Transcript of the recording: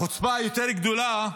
החוצפה היותר-גדולה,